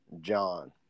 John